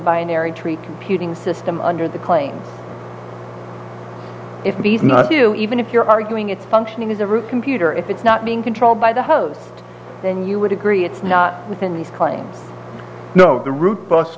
binary tree computing system under the claim if he's not do even if you're arguing it's functioning as a root computer if it's not being controlled by the host then you would agree it's not within these claims the root bus